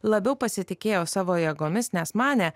labiau pasitikėjo savo jėgomis nes manė